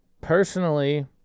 personally